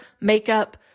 makeup